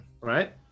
right